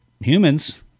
humans